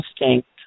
instinct